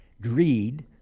greed